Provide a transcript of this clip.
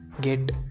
get